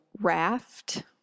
raft